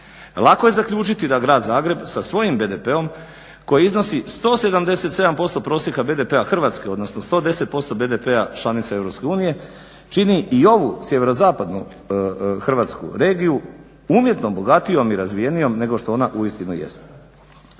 Lako je zaključiti da grad Zagreb sa svojim BDP koji iznosi 177% prosjeka BDP Hrvatske odnosno 110% BDP članice EU čini i ovu sjeverozapadnu Hrvatsku regiju umjetno bogatijom i razvijenijom nego što ona uistinu jeste.